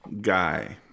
guy